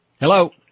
Hello